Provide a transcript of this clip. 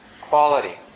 quality